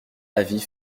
avis